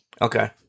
Okay